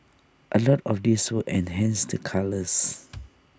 A lot of this we enhanced the colours